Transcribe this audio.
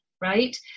right